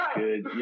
good